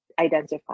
identify